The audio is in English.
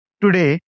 today